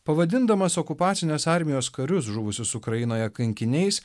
pavadindamas okupacinės armijos karius žuvusius ukrainoje kankiniais